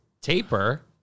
taper